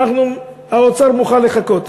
האוצר מוכן לחכות.